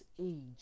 age